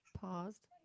paused